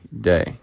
day